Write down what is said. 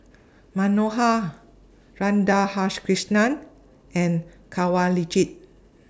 Manohar Radhakrishnan and Kanwaljit